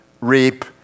reap